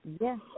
Yes